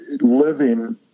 living